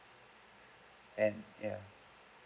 and yeah